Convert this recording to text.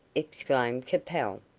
exclaimed capel.